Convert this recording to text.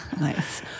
Nice